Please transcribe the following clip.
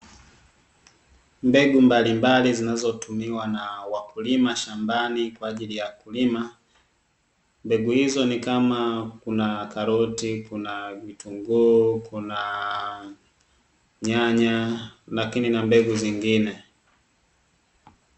Mbegu mbalimbali zinazo tumiwa na wakulima shambani kwaajili ya kulima, mbegu hizo nikama kuna karoti, kuna vitunguu, kuna Nyanya lakini na mbegu zeyengine